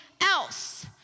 else